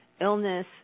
illness